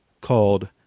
called